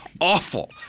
awful